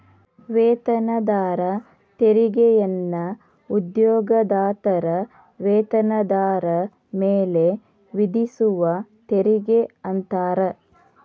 ವೇತನದಾರ ತೆರಿಗೆಯನ್ನ ಉದ್ಯೋಗದಾತರ ವೇತನದಾರ ಮೇಲೆ ವಿಧಿಸುವ ತೆರಿಗೆ ಅಂತಾರ